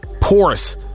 porous